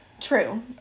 True